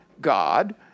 God